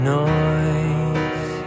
noise